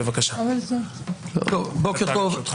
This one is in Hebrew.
בוקר טוב.